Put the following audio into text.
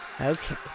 Okay